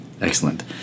excellent